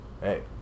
Hey